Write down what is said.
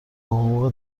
حقوق